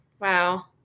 Wow